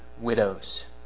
widows